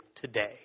today